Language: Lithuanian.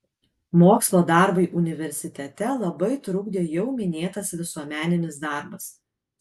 mokslo darbui universitete labai trukdė jau minėtas visuomeninis darbas